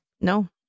No